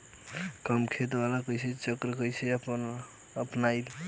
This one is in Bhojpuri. कम खेत वाला फसल चक्र कइसे अपनाइल?